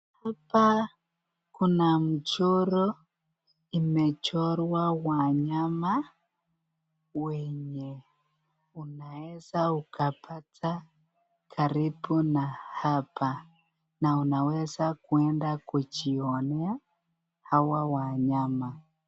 Hapa kuna mchoro imechorwa wanyama wenye unaeza ukapata karibu na hapa na unaweza kuenda kujionea hawa wanyama.